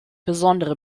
besondere